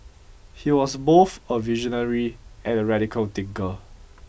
he was both a visionary and a radical thinker